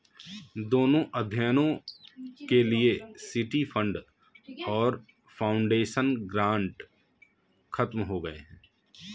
दोनों अध्ययनों के लिए सिटी फंड और फाउंडेशन ग्रांट खत्म हो गए हैं